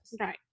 right